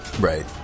Right